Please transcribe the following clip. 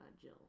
Jill